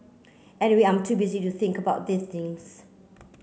anyway I'm too busy to think about these things